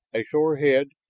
a sore head,